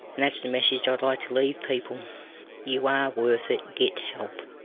and that's the message i'd like to leave people you are worth it, get help.